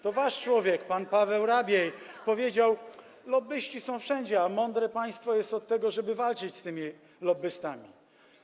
To wasz człowiek, pan Paweł Rabiej, powiedział: lobbyści są wszędzie, a mądre państwo jest od tego, żeby walczyć z lobbystami.